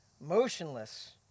motionless